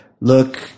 look